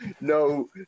no